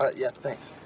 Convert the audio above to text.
ah yeah, thanks.